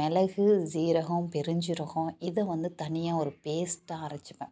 மிளகு சீரகம் பெருஞ்ஜீரகம் இதை வந்து தனியாக ஒரு பேஸ்ட்டாக அரைச்சிப்பேன்